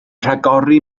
rhagori